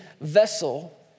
vessel